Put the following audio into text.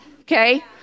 okay